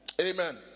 Amen